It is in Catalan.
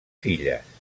filles